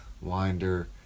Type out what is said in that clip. winder